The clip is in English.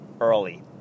early